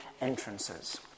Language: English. entrances